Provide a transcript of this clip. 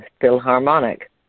Philharmonic